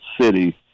City